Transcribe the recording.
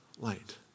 light